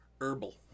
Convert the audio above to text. herbal